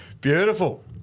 Beautiful